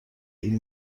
این